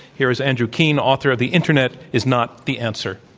here is andrew keen, author of, the internet is not the answer.